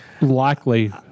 likely